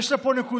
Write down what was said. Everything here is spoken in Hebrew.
יש לה פה נקודות